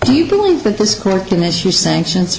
do you believe that this court can issue sanctions